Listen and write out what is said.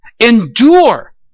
Endure